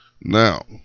Now